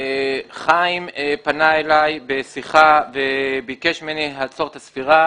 חיים פנה אלי בשיחה וביקש ממני לעצור את הספירה.